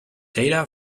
data